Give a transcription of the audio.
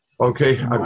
Okay